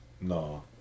No